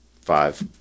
five